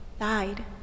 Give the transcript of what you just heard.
died